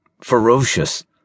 ferocious